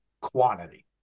quantity